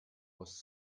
was